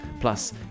plus